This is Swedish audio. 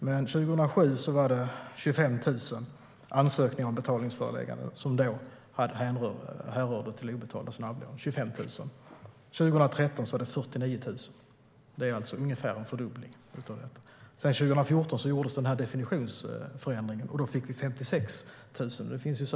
Men 2007 var det 25 000 ansökningar om betalningsföreläggande som härrörde från obetalda snabblån. År 2013 var det 49 000. Det är ungefär en fördubbling. År 2014 gjordes definitionsförändringen, och då fick vi 56 000 betalningsförelägganden.